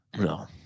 no